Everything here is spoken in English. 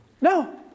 no